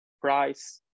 price